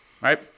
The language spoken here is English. right